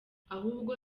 ahubwo